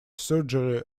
surgery